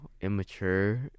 immature